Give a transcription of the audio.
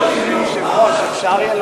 בצפון-קוריאה.